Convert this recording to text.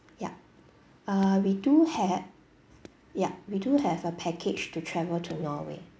yup err we do have yup we do have a package to travel to norway